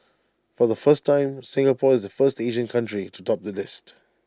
for the first time Singapore is the first Asian country to top the list